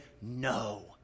no